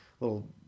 little